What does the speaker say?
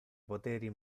poteri